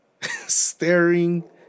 staring